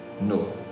no